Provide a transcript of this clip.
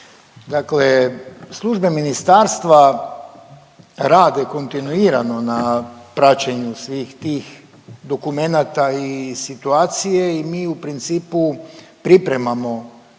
Dakle službe ministarstva rade kontinuirano na praćenju svih tih dokumenata i situacije i mi u principu pripremamo